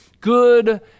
good